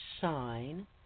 sign